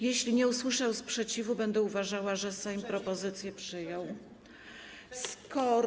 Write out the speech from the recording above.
Jeśli nie usłyszę sprzeciwu, będę uważała, że Sejm propozycję przyjął.